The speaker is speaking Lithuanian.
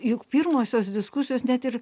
juk pirmosios diskusijos net ir